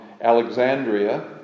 Alexandria